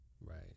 Right